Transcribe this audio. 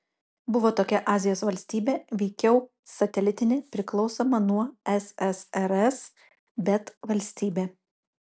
buvo tokia azijos valstybė veikiau satelitinė priklausoma nuo ssrs bet valstybė